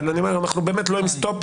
אבל אני אומר, אנחנו באמת לא עם סטופר,